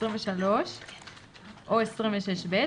23 או 26(ב),